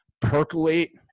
Percolate